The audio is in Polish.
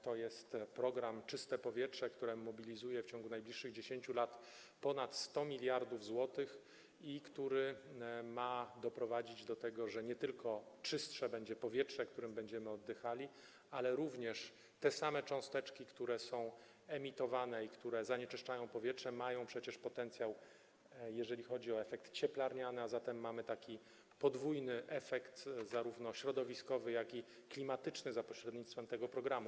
To jest program „Czyste powietrze”, który mobilizuje w ciągu najbliższych 10 lat ponad 100 mld zł i który ma doprowadzić do tego, że nie tylko czystsze będzie powietrze, którym będziemy oddychali, gdyż te same cząsteczki, które są emitowane i które zanieczyszczają powietrze, mają przecież potencjał, jeżeli chodzi o efekt cieplarniany, a zatem mamy taki podwójny efekt, zarówno środowiskowy, jak i klimatyczny za pośrednictwem tego programu.